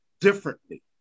differently